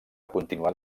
continuat